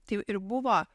tai ir buvo